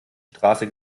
straße